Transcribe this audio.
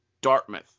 Dartmouth